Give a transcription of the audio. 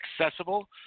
accessible